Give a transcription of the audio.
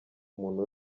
muntu